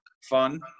fun